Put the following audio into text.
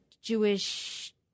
Jewish